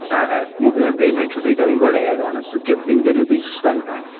آ پیمٮ۪نٛٹ چھِو تۄہہِ کَرٕنۍ گۄڈے ایٚڈوانٕس سُہ کِتھ کٔنۍ کٔرِو تُہۍ سُہ چھُ تۄہہِ تانۍ